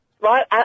Right